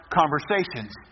conversations